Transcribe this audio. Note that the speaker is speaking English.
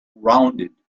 rounded